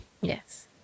Yes